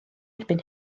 erbyn